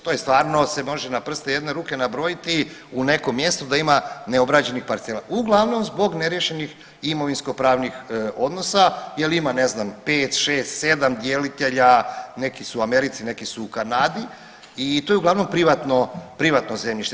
To je stvarno se može na prste jedne ruke nabrojiti u nekom mjestu da ima neobrađenih parcela, uglavnom zbog neriješenih imovinsko-pravnih odnosa jel ima ne znam 5, 6, 7 djelitelja, neki su u Americi, neki su u Kanadi i to je uglavnom privatno, privatno zemljište.